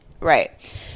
Right